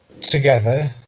together